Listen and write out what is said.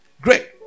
Great